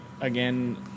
Again